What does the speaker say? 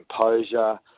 composure